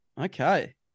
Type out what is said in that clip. Okay